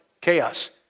chaos